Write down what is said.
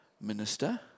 Minister